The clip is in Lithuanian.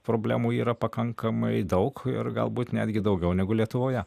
problemų yra pakankamai daug ir galbūt netgi daugiau negu lietuvoje